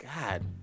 God